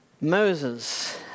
Moses